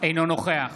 אינו נוכח